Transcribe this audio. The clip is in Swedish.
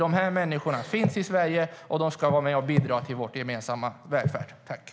De här människorna finns i Sverige, och de ska vara med och bidra till vår gemensamma välfärd.